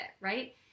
right